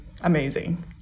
amazing